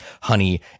honey